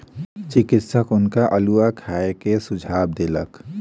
चिकित्सक हुनका अउलुआ खाय के सुझाव देलक